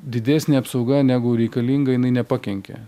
didesnė apsauga negu reikalinga jinai nepakenkia